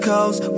Coast